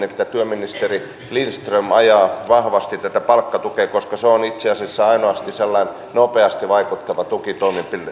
kävin läpi teidän vastalauseenne ja hämmästelen sitä miten se on voitu tehdä kolmen entisen valtiovarainministerin ryhmän toimesta